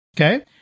Okay